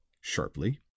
sharply